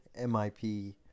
MIP